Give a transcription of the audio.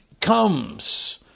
comes